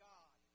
God